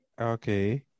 Okay